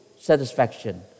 satisfaction